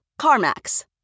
CarMax